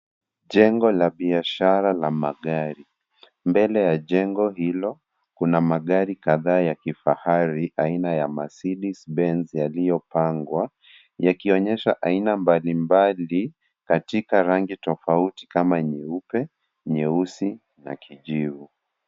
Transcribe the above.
Jengo la biashara la magari, mbele ya jengo hilo kuna magari kadha ya kifahari aina ya Mercedes benz yaliyopangwa yakionyesha aina mbalimbali katika rangi tofauti kama nyeupe, nyeusi na kijivu.